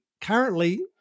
currently